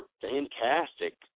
fantastic